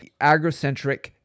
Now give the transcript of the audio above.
agrocentric